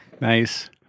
Nice